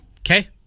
Okay